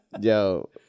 yo